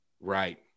right